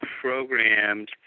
programmed